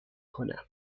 کنم